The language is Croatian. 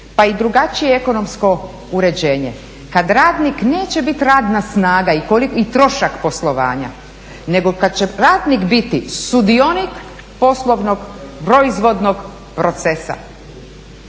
pa i drugačije ekonomsko uređenje. Kad radnik neće biti radna snaga i trošak poslovanja nego kad će radnik biti sudionik poslovnog proizvodnog procesa